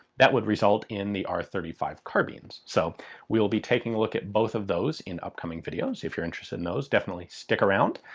that would result in the r three five carbines. so we'll be taking a look at both of those in upcoming videos. if you're interested in those definitely stick around.